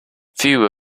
few